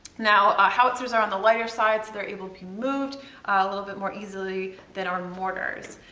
now ah howitzers are on the lighter side, so they are able to be moved a little bit more easily than our mortars.